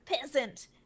peasant